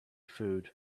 food